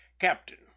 Captain